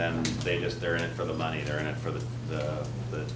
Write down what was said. then they just they're in it for the money they're in it for the the the